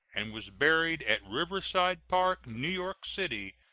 and was buried at riverside park, new york city,